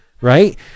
right